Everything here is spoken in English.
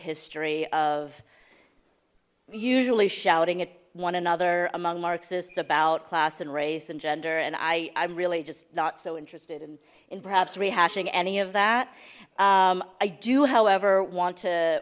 history of usually shouting at one another among marxists about class and race and gender and i i'm really just not so interested in in perhaps rehashing any of that i do however want to